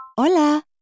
Hola